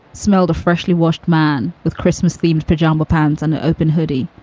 smelled a freshly washed man with christmas themed pajama pants and an open hoodie.